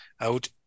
out